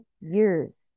years